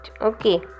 okay